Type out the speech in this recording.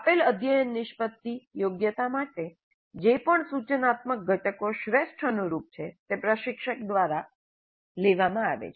આપેલ અધ્યયન નિષ્પતિ યોગ્યતા માટે જે પણ સૂચનાત્મક ઘટકો શ્રેષ્ઠ અનુરૂપ છે તે પ્રશિક્ષક દ્વારા લેવામાં આવે છે